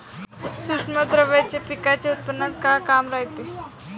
सूक्ष्म द्रव्याचं पिकाच्या उत्पन्नात का काम रायते?